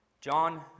John